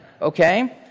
okay